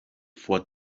for